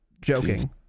joking